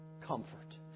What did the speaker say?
comfort